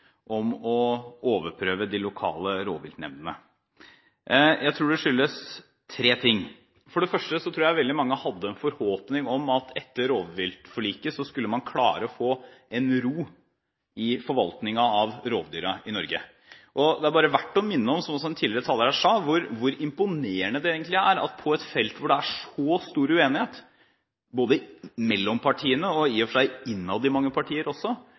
om å overprøve de lokale rovviltnemndene. Jeg tror det skyldes tre ting. For det første tror jeg veldig mange hadde en forhåpning om at man etter rovviltforliket skulle klare å få ro i forvaltningen av rovdyrene i Norge. Det er bare verdt å minne om, som også tidligere taler her sa, hvor imponerende det egentlig er at man på et felt hvor det er så stor uenighet både mellom partiene og i og for seg også innad i mange partier,